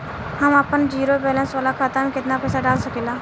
हम आपन zero balance वाला खाता मे केतना पईसा डाल सकेला?